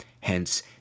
Hence